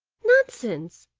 nonsense!